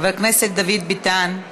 חבר הכנסת דוד ביטן,